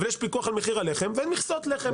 אבל יש פיקוח על מחיר הלחם ואין מכסות לחם.